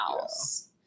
house